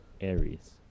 Aries